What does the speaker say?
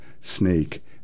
snake